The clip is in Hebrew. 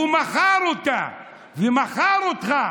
הוא מכר אותה ומכר אותך,